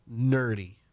nerdy